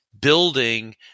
building